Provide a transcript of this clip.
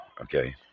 okay